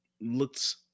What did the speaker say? looks